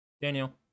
Daniel